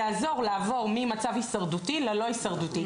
יעזור לעבור ממצב הישרדותי ללא הישרדותי.